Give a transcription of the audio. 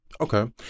Okay